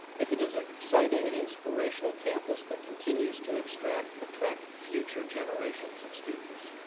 if it is an exciting and inspirational campus that continues to attract attract future generations of students.